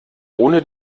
ohne